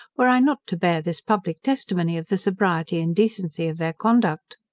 were i not to bear this public testimony of the sobriety and decency of their conduct.